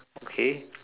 okay